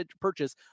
purchase